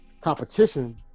competition